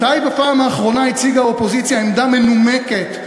מתי בפעם האחרונה הציגה האופוזיציה עמדה מנומקת,